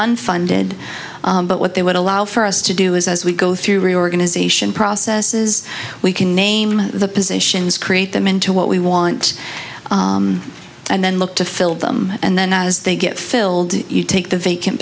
unfunded but what they would allow for us to do is as we go through reorganization processes we can name the positions create them into what we want and then look to fill them and then as they get filled you take the vacant